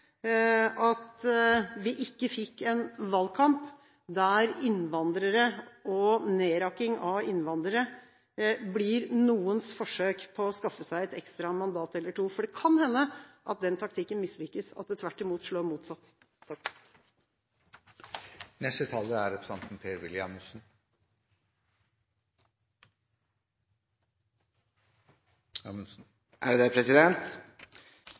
at vi ikke fikk en valgkamp der innvandrere og en nedrakking av dem blir noens forsøk på å skaffe seg et ekstra mandat eller to, for det kan hende at den taktikken mislykkes – at det tvert imot slår motsatt ut. Jeg er for øvrig veldig enig med representanten